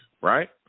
right